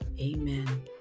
Amen